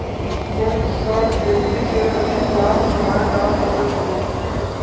कोन सा खेती से अधिक लाभ कमाय जा सकत हे?